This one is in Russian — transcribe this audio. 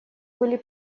были